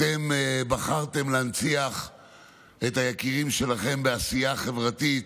אתם בחרתם להנציח את זכר היקירים שלכם בעשייה חברתית,